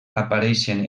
apareixen